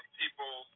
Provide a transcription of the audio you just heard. people